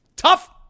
tough